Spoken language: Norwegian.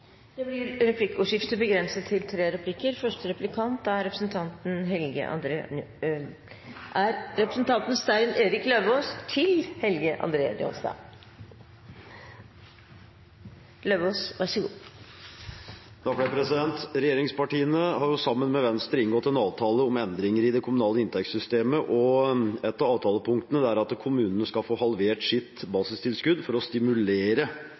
Det blir replikkordskifte. Regjeringspartiene har, sammen med Venstre, inngått en avtale om endringer i det kommunale inntektssystemet. Et av avtalepunktene er at kommunene skal få halvert sitt basistilskudd for å stimulere